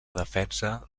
defensa